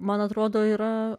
man atrodo yra